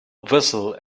vessel